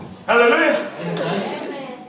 Hallelujah